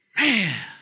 Man